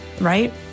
Right